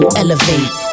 elevate